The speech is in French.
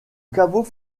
caveau